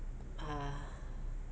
uh